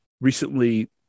recently